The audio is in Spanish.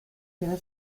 quedó